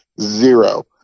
Zero